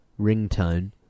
ringtone